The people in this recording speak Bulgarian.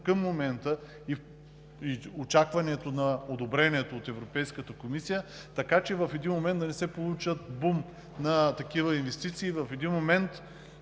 към момента, и очакването на подобрението от Европейската комисия, така че в един момент да не се получи бум на такива инвестиции и те